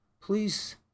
please